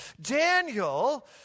Daniel